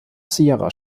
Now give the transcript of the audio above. sierra